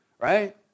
right